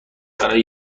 برای